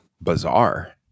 bizarre